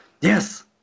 Yes